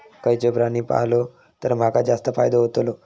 खयचो प्राणी पाळलो तर माका जास्त फायदो होतोलो?